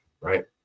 right